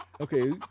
okay